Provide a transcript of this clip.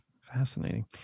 Fascinating